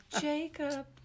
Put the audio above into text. Jacob